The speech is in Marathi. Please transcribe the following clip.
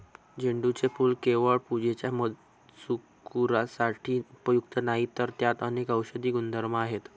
झेंडूचे फूल केवळ पूजेच्या मजकुरासाठी उपयुक्त नाही, तर त्यात अनेक औषधी गुणधर्म आहेत